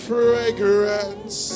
fragrance